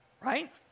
right